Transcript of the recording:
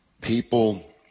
People